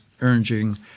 urging